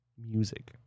music